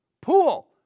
pool